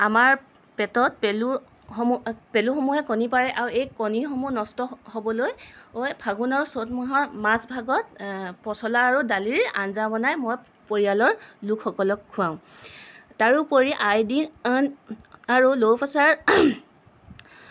আমাৰ পেটত পেলুৰ স পেলুসমূহে কণী পাৰে আৰু এই কণীসমূহ নষ্ট হ'বলৈ ফাগুণ আৰু চ'ত মাহৰ মাজভাগত পচলা আৰু দালিৰ আঞ্জা বনাই মই পৰিয়ালৰ লোকসকলক খুৱাওঁ তাৰোপৰি আয়ডিন আৰু ল' প্ৰেছাৰ